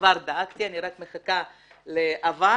כבר דאגתי ואני רק מחכה לזה שיעבור,